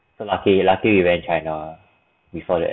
so lucky luckily you went china before that